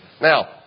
Now